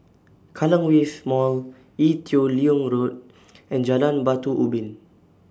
Kallang Wave Mall Ee Teow Leng Road and Jalan Batu Ubin